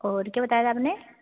और क्या बताया था आपने